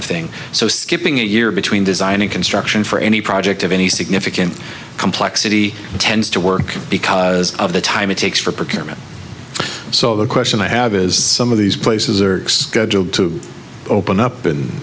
of thing so skipping a year between design and construction for any project of any significant complexity tends to work as of the time it takes for procurement so the question i have is some of these places are scheduled to open up